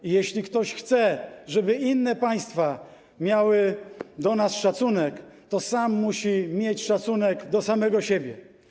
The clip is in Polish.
I jeśli ktoś chce, żeby inne państwa miały do nas szacunek, to sam musi mieć szacunek do samego siebie.